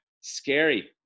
scary